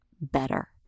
better